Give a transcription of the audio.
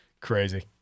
crazy